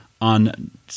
on